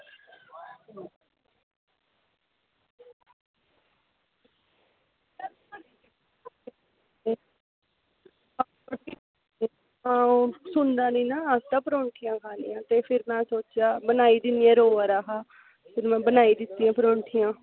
ओह् सुनदा नेईं ना ओह् आक्खदा मेरे आस्तै परौंठियां पानियां ते भी में ओह्दे आस्तै बनाई ही रोआ दा हा ते भी में बनाई दित्तियां परौंठियां